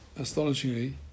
astonishingly